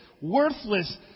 worthless